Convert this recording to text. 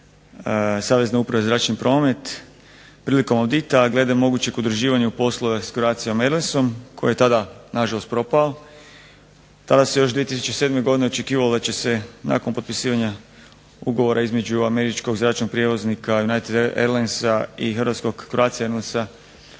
Savezne uprave za zračni promet, prilikom …/Ne razumije se./… a glede mogućeg udruživanja u poslove s Croatia Airlinesom koji je tada nažalost propao. Tada se još 2007. godine očekivalo da će se nakon potpisivanja ugovora između američkog zračnog prijevoznika United Airlinesa i hrvatskog Croatia Airlinesa